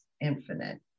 infinite